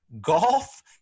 golf